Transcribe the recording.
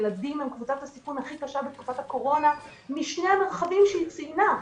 ילדים הם קבוצת הסיכון הכי קשה בתקופת הקורונה משני המרחבים שהיא ציינה.